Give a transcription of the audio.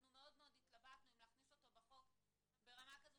אנחנו התלבטנו אם להכניס אותו בחוק ברמה כזו